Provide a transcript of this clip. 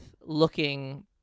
looking